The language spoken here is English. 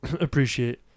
appreciate